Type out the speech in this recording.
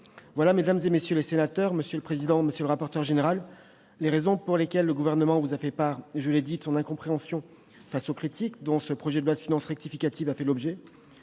sont, mesdames, messieurs les sénateurs, monsieur le président, monsieur le rapporteur général, les raisons pour lesquelles le Gouvernement vous a fait part de son incompréhension face aux critiques portées à ce projet de loi de finances rectificative. En dépit